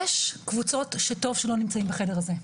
יש קבוצות שטוב שלא נמצאות בחדר הזה.